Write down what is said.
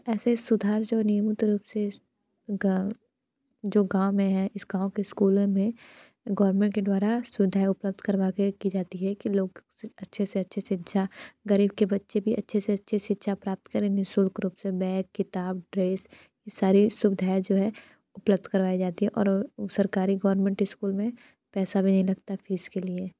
ऐसे सुधार जो नियमित रूप से गाँव जो गाँव में है इस गाँव के स्कूलों में गवर्नमेंट के द्वारा सुविधाएं उपलब्ध करवा के की जाती है कि लोग अच्छे से अच्छे शिक्षा ग़रीब के बच्चे भी अच्छे से अच्छे शिक्षा प्राप्त करें निशुल्क रूप से बेग किताब ड्रेस ये सारी सुविधाएं जो हैं उपलब्ध करवाई जाती है और सरकारी गवर्नमेंट इस्कूल में पैसा भी नहीं लगता फ़ीस के लिए